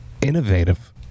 innovative